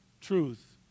truth